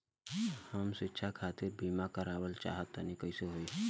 हम शिक्षा खातिर बीमा करावल चाहऽ तनि कइसे होई?